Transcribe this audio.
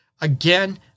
Again